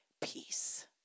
peace